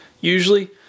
usually